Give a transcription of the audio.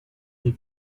des